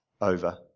over